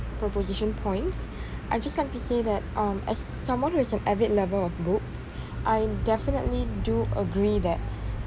proposition points I just come to say that um as someone who's an avid lover of books I definitely do agree that